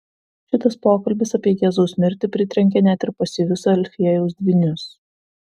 šitas pokalbis apie jėzaus mirtį pritrenkė net ir pasyvius alfiejaus dvynius